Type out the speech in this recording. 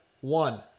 one